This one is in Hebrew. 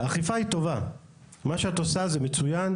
האכיפה היא טובה, מה שאת עושה הוא מצוין.